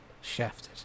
Shafted